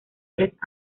tres